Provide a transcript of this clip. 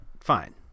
fine